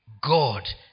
God